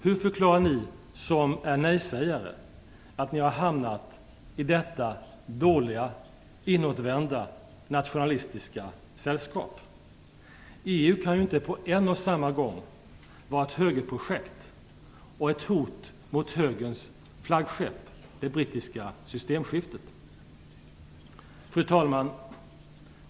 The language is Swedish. Hur förklarar ni som är nej-sägare att ni har hamnat i detta dåliga, inåtvända, nationalistiska sällskap? EU kan ju inte på en och samma gång vara ett högerprojekt och ett hot mot högerns flaggskepp, det brittiska systemskiftet. Fru talman!